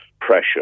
pressure